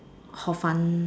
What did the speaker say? hor-fun